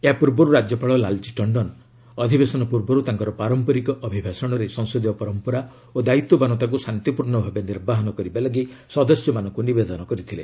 ଏହାପୂର୍ବରୁ ରାଜ୍ୟପାଳ ଲାଲଚ୍ଚୀ ଟଣ୍ଡନ ଅଧିବେଶନ ପୂର୍ବରୁ ତାଙ୍କର ପାରମ୍ପରିକ ଅଭିଭାଷଣରେ ସଂସଦୀୟ ପରମ୍ପରା ଓ ଦାୟିତ୍ୱବାନତାକୁ ଶନ୍ତିପୂର୍ଣ୍ଣ ଭାବେ ନିର୍ବାହନ କରିବା ଲାଗି ସଦସ୍ୟମାନଙ୍କୁ ନିବେଦନ କରିଥିଲେ